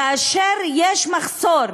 כאשר יש מחסור.